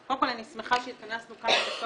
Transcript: קודם כול אני שמחה שהתכנסנו כאן וסוף